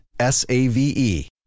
S-A-V-E